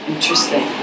Interesting